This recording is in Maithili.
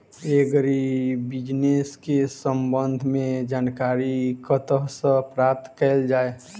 एग्री बिजनेस केँ संबंध मे जानकारी कतह सऽ प्राप्त कैल जाए?